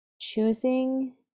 choosing